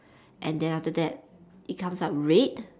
and then after that it comes out red